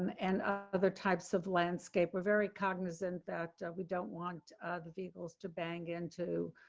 and other types of landscape. we're very cognizant that we don't want the vehicles to bang into